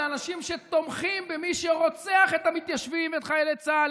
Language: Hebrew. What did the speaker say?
לאנשים שתומכים במי שרוצח את המתיישבים ואת חיילי צה"ל,